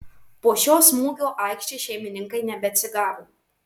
po šio smūgio aikštės šeimininkai nebeatsigavo